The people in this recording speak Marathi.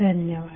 धन्यवाद